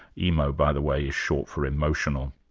emo, by the way is short for emotional.